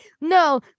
No